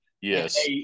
Yes